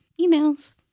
Emails